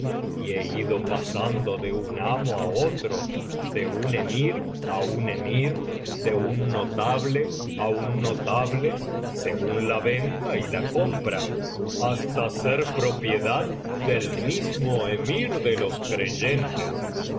y he ido pasando de un amo á otro de un emir á un emir de un notable á un notable según la venta y la compra hasta ser propiedad del mismo emir de los creyentes